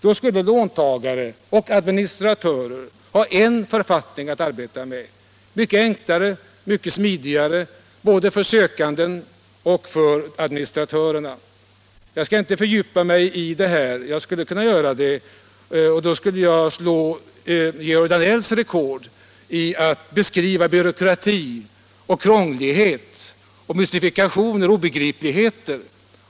Då skulle låntagare och administratörer få en författning att arbeta med. Det skulle bli mycket enklare och mycket smidigare både för sökanden och administratörerna. Jag skall inte fördjupa mig i detta, även om jag skulle kunna göra det. Jag skulle i så fall slå Georg Danells rekord när det gäller att beskriva byråkrati, krångligheter, mystifikationer och obegripligheter.